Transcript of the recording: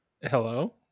hello